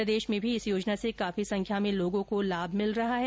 प्रदेश में भी इस योजना से काफी संख्या में लोगों को लाभ मिल रहा है